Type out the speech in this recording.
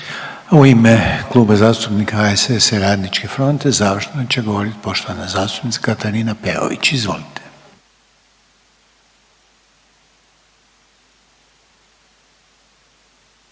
U ime Kluba zastupnika HSS-a i Radničke fronte završno će govoriti poštovana zastupnica Katarina Peović, izvolite.